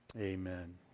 Amen